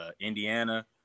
Indiana